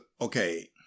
okay